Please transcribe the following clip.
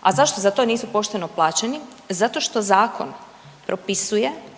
A zašto za to nisu pošteno plaćeni? Zato što zakon propisuje